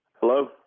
hello